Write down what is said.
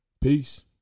peace